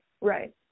Right